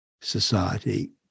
society